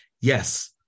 Yes